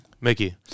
Mickey